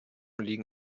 liegen